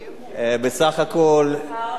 בסך הכול, ההערכה שלך,